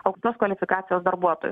aukštos kvalifikacijos darbuotojų